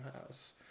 house